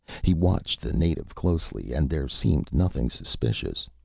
he watched the native closely and there seemed nothing suspicious.